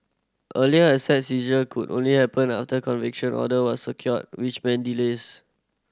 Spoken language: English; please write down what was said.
earlier asset seizure could only happen after conviction order was secured which meant delays